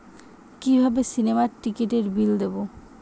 কিভাবে সিনেমার টিকিটের বিল দেবো?